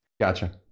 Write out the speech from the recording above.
Gotcha